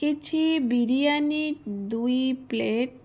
କିଛି ବିରିୟାନୀ ଦୁଇ ପ୍ଲେଟ୍